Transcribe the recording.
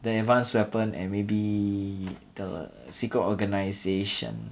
the advanced weapon and maybe the secret organisation